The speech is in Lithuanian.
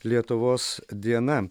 lietuvos diena